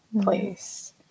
place